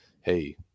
hey